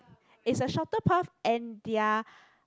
is a shorter path and their